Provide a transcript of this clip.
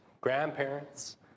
grandparents